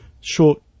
short